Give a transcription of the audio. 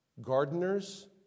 Gardeners